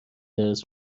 درس